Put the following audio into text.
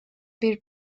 bir